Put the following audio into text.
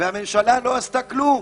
והממשלה לא עשתה כלום.